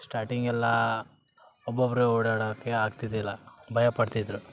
ಸ್ಟಾಟಿಂಗೆಲ್ಲಾ ಒಬ್ಬೊಬ್ಬರೇ ಓಡಾಡೋಕೆ ಆಗ್ತಿದ್ದಿಲ್ಲ ಭಯ ಪಡ್ತಿದ್ರು